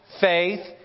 faith